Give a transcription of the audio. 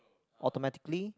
automatically